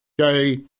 Okay